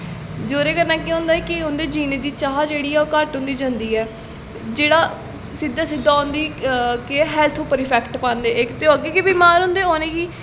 जेह्दे कन्नै केह् होंदा ऐ कि उं'दी जीनें दी चाह् जेह्ड़ी घट्ट होंदी जंदी ऐ जेह्ड़ा सिद्दा सिद्दा उं'दी केह् हैल्थ पर इफैक्ट पांदे इक ते ओह् अग्गें गै बमार होंदे उ'नें गी